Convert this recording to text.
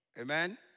Amen